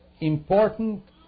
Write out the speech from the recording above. important